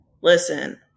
listen